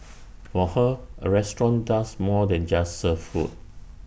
for her A restaurant does more than just serve food